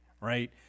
right